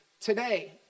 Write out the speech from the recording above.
today